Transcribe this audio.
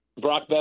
Brock